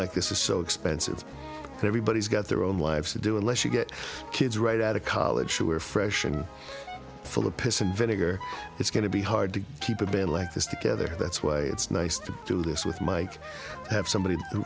like this is so expensive and everybody's got their own lives to do unless you get kids right out of college who are fresh and full of piss and vinegar it's going to be hard to keep a band like this together that's why it's nice to do this with mike have somebody who